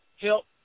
help